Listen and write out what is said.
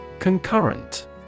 Concurrent